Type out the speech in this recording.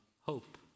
hope